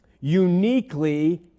uniquely